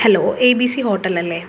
hello A B C ഹോട്ടലല്ലെ